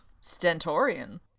Stentorian